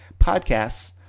podcasts